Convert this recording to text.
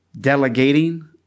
delegating